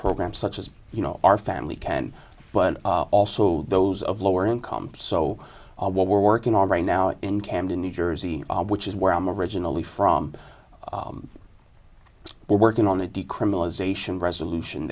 program such as you know our family can but also those of lower income so what we're working on right now in camden new jersey which is where i'm originally from we're working on a decriminalization resolution